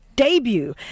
Debut